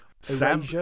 Sam